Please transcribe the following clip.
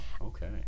okay